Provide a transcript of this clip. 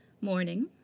Morning